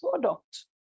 product